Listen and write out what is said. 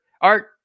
Art